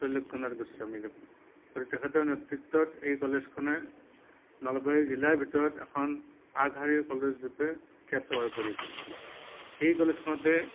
ত্ৰৈলোক্যনাথ গোস্বামীদেৱ তেখেতৰ নেতৃত্বত এই কলেজখনে নলবাৰী জিলাৰ ভিতৰত এখন আগশাৰীৰ কলেজ ৰূপে খ্যাত হৈ পৰিছিল সেই কলেজখনতে